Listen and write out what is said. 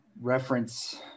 reference